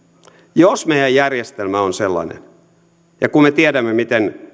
jos meidän järjestelmä on sellainen ja kun me tiedämme miten